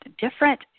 different